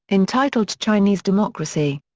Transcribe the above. entitled chinese democracy.